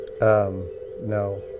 No